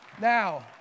Now